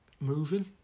moving